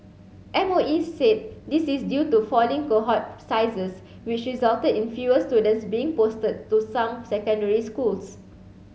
M O E said this is due to falling cohort sizes which resulted in fewer students being posted to some secondary schools